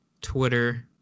Twitter